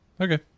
Okay